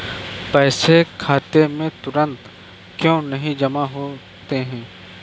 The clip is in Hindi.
पैसे खाते में तुरंत क्यो नहीं जमा होते हैं?